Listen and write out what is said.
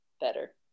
better